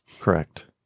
Correct